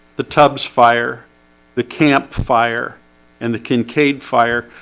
the tubbs fire the camp fire and the kincaid fire.